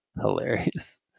hilarious